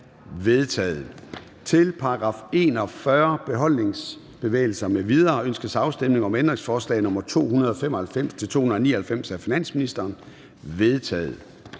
vedtaget. Til § 41. Beholdningsbevægelser m.v. Ønskes afstemning om ændringsforslag nr. 295-299 af finansministeren? De er